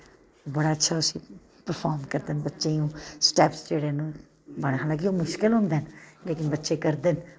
बड़ा अच्छा उस्सी प्रफार्म करदे न बच्चें स्टैपस जेह्ड़े न बड़ा गै मुश्किल होंदा ऐ लेकिन बच्चे करदे न